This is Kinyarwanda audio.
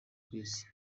kw’isi